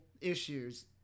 issues